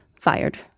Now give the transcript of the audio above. fired